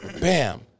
bam